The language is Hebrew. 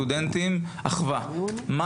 אחווה.